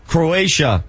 Croatia